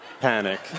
panic